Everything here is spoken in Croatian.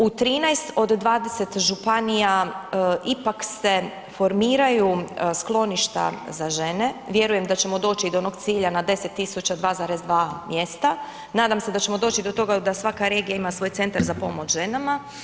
U 13 od 20 županija ipak se formiraju skloništa za žene, vjerujem da ćemo doći do onog cilja na 10.000 2,2 mjesta, nadam se da ćemo doći do toga da svaka regija ima svoj centar za pomoć ženama.